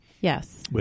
Yes